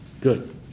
Good